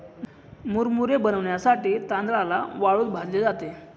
मुरमुरे बनविण्यासाठी तांदळाला वाळूत भाजले जाते